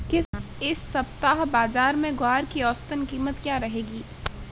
इस सप्ताह बाज़ार में ग्वार की औसतन कीमत क्या रहेगी?